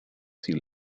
sea